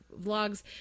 vlogs